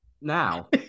now